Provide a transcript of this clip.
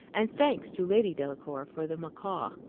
and thanks to lady delacour for the macaw.